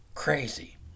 Crazy